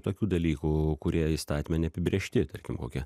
tokių dalykų kurie įstatyme neapibrėžti tarkim kokie